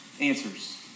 answers